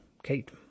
kate